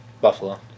Buffalo